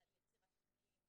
על יצירת אקלים,